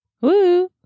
woo